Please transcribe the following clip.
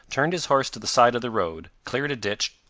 turned his horse to the side of the road, cleared a ditch,